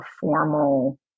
formal